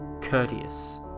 courteous